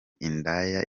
indaya